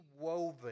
woven